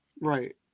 Right